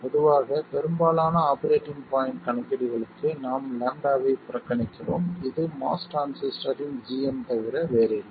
பொதுவாக பெரும்பாலான operating point கணக்கீடுகளுக்கு நாம் λ ஐ புறக்கணிக்கிறோம் இது MOS டிரான்சிஸ்டரின் gm தவிர வேறில்லை